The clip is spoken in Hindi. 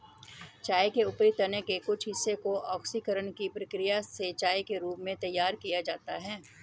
चाय के ऊपरी तने के कुछ हिस्से को ऑक्सीकरण की प्रक्रिया से चाय के रूप में तैयार किया जाता है